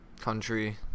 country